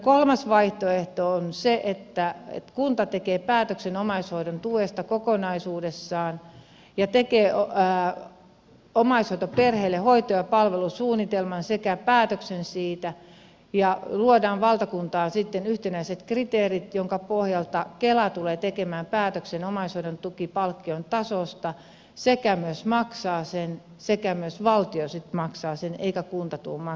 kolmas vaihtoehto on se että kunta tekee päätöksen omaishoidon tuesta kokonaisuudessaan ja tekee omaishoitoperheelle hoito ja palvelusuunnitelman sekä päätöksen siitä ja luodaan valtakuntaan sitten yhtenäiset kriteerit joiden pohjalta kela tulee tekemään päätöksen omaishoidon tukipalkkion tasosta sekä myös maksaa sen sekä myös valtio sitten maksaa sen eikä kunta tule maksamaan tätä